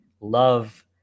love